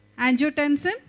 Angiotensin